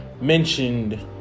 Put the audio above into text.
mentioned